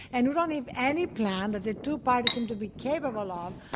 and we don't have any plan that the two parties seem to be capable of,